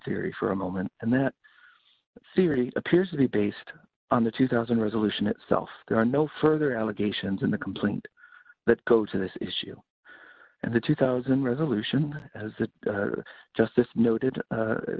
theory for a moment and that theory appears to be based on the two thousand resolution itself there are no further allegations in the complaint that go to this issue and the two thousand resolution that the justice noted